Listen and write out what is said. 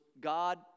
God